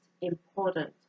important